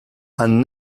and